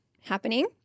happening